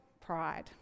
pride